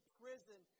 prison